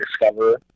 discover